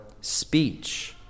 speech